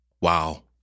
Wow